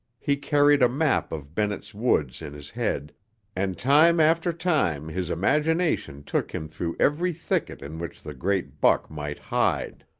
he carried a map of bennett's woods in his head and time after time his imagination took him through every thicket in which the great buck might hide.